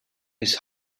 his